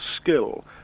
skill